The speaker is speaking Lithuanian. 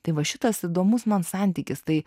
tai va šitas įdomus man santykis tai